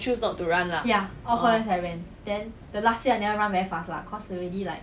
choose not to run lah